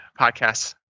podcasts